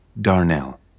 Darnell